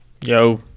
Yo